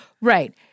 Right